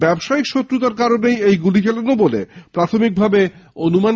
ব্যবসায়িক শক্রতার জেরেই এই গুলি চালনা বলে প্রাথমিক অনুমান